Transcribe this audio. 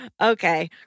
Okay